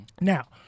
Now